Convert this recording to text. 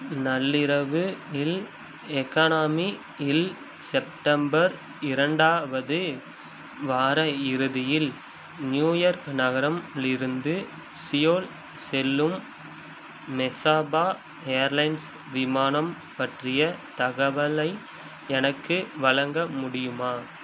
நள்ளிரவு இல் எக்கனாமி இல் செப்டம்பர் இரண்டாவது வார இறுதியில் நியூயார்க் நகரம்லிருந்து சியோல் செல்லும் மெசாபா ஏர்லைன்ஸ் விமானம் பற்றிய தகவலை எனக்கு வழங்க முடியுமா